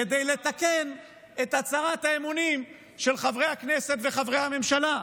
כדי לתקן את הצהרת האמונים של חברי הכנסת וחברי הממשלה?